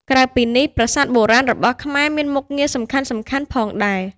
ក្រៅពីនេះប្រាសាទបុរាណរបស់ខ្មែរមានមុខងារសំខាន់ៗផងដែរ។